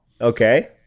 Okay